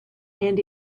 and